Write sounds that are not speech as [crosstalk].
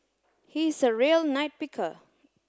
he is a real [unintelligible] picker